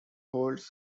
holds